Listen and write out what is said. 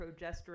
progesterone